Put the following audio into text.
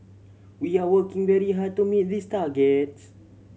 we are working very hard to meet these targets